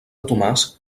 tomàs